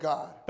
God